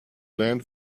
land